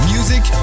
Music